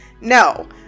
No